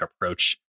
approach